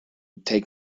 take